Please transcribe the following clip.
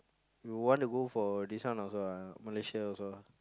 you want to go for this one also ah Malaysia also ah